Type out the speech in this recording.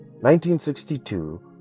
1962